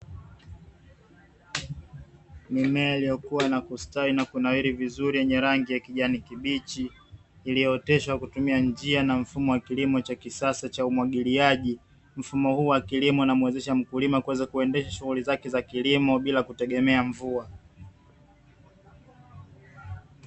Mimea iliyokua na kustawi na kunawiri vizuri yenye rangi ya kijani kibichi, iliyooteshwa kutumia njia na mfumo wa kilimo cha kisasa cha umwagiliaji. Mfumo huu wa kilimo unamuwezesha mkulima kuweza kuendesha shughuli zake za kilimo bila kutegemea mvua.